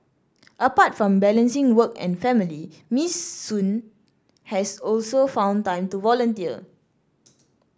apart from balancing work and family Miss Sun has also found time to volunteer